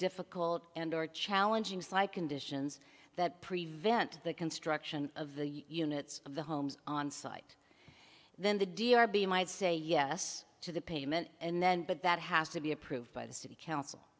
difficult and or challenging sligh conditions that prevent the construction of the units of the homes onsite then the d r be might say yes to the payment and then but that has to be approved by the city council